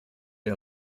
der